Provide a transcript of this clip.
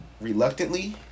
reluctantly